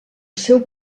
seu